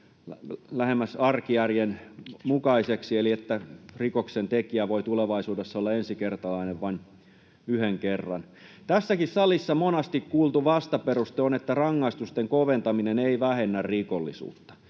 lähemmäs arkijärjen mukaiseksi eli niin, että rikoksentekijä voi tulevaisuudessa olla ensikertalainen vain yhden kerran. Tässäkin salissa monasti kuultu vastaperuste on, että rangaistusten koventaminen ei vähennä rikollisuutta.